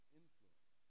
influence